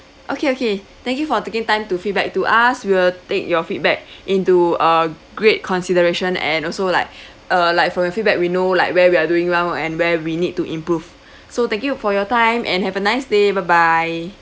okay okay thank you for taking time to feedback to us we'll take your feedback into uh great consideration and also like uh like from your feedback we know like where we're doing well and where we need to improve so thank you for your time and have a nice day bye bye